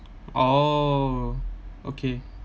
oh okay